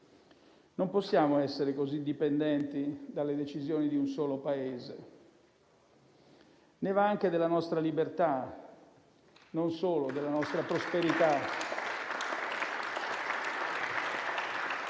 non possiamo essere così dipendenti dalle decisioni di un solo Paese, ne va non solo della nostra libertà, ma anche della nostra prosperità.